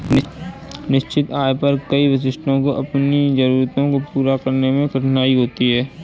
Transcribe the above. निश्चित आय पर कई वरिष्ठों को अपनी जरूरतों को पूरा करने में कठिनाई होती है